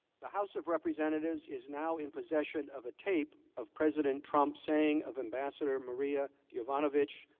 the house of representatives is now in possession of a tape of president trump saying of ambassador marie ah yovanovitch,